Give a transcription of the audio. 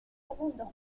segundos